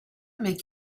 make